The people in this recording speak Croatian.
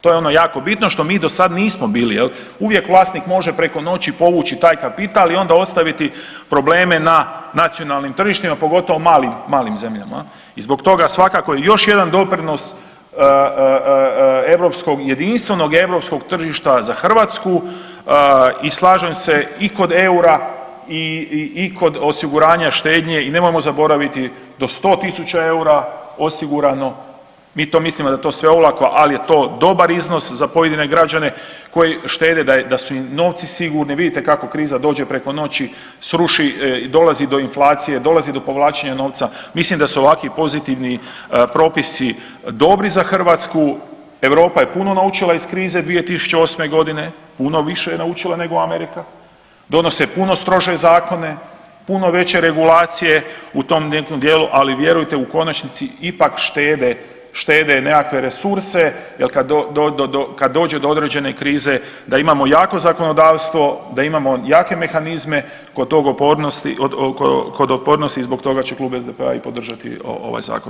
To je ono jako bitno što mi do sad nismo bili jel, uvijek vlasnik može preko noći povući taj kapital onda ostaviti probleme na nacionalnim tržištima, pogotovo malim zemljama i zbog toga svakako još jedan doprinos jedinstvenog europskog tržišta za Hrvatsku i slažem se i kod eura i kod osiguranja štednje i nemojmo zaboraviti do 100 000 je osigurano, mi to mislimo da je to sve olako, ali je to dobar iznos za pojedine građane koji štede, da su im novci sigurni, vidite kako im kriza dođe preko noći, sruši i dolazi do inflacije, dolazi do povlačenja novca, mislim da su ovakvi pozitivni propisi dobri za Hrvatsku, Europa je puno naučila iz krize 2008. g., puno više je naučila nego Amerika, donose puno strože zakone, puno veće regulacije u tom nekom djelu ali vjerujte, u konačni i pak štede nekakve resurse jer kad dođe do određene krize, da imamo jako zakonodavstvo, da imamo jake mehanizme kod otpornosti, zbog toga će klub SDP-a i podržati ovaj zakon.